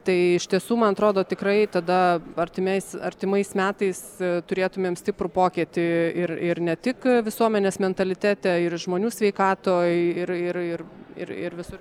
tai iš tiesų man atrodo tikrai tada artimais artimais metais turėtumėm stiprų pokytį ir ir ne tik visuomenės mentalitete ir žmonių sveikatoj ir ir ir ir ir visur